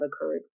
occurred